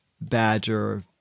Badger